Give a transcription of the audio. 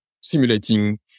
simulating